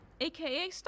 aka